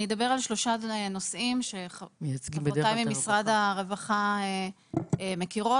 אני אדבר על שלושה נושאים שחברותיי ממשרד הרווחה מכירות,